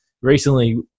recently